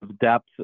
depth